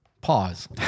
pause